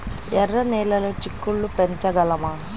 ఎర్ర నెలలో చిక్కుళ్ళు పెంచగలమా?